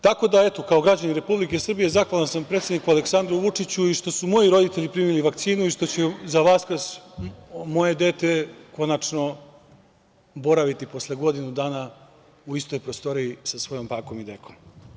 Tako da, eto, kao građanin Republike Srbije zahvalan sam predsedniku Aleksandru Vučiću i što su moji roditelji primili vakcinu i što će za Vaskrs moje dete konačno boraviti posle godinu dana u istoj prostoriji sa svojom bakom i dekom.